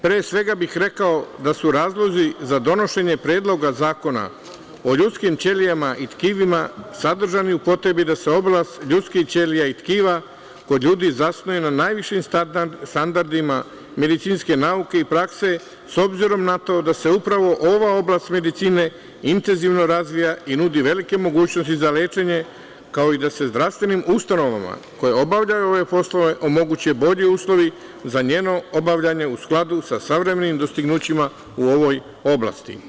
Pre svega bih rekao da su razlozi za donošenje Predloga zakona o ljudskim ćelijama i tkivima sadržani u potrebi da se oblast ljudskih ćelija i tkiva kod ljudi zasnuje na najvišim standardima medicinske nauke i prakse, s obzirom na to da se upravo ova oblast medicine intenzivno razvija i nudi velike mogućnosti za lečenje, kao i da se zdravstvenim ustanovama koje obavljaju ove poslove omoguće bolji uslovi za njeno obavljanje u skladu sa savremenim dostignućima u ovoj oblasti.